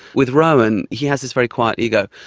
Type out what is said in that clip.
with rowan he has this very quiet ego.